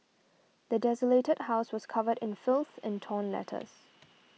the desolated house was covered in filth and torn letters